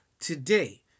Today